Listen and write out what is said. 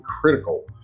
critical